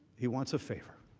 he wants a favor.